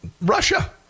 Russia